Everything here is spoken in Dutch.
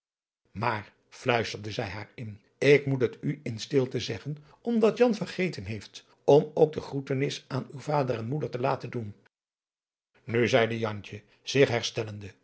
in ik moet het u in stilte zeggen omdat jan vergeten heeft om ook de groetenis aan uw vader en moeder te laten doen nu zeide antje zich herstellende